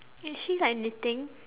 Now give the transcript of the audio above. is she like knitting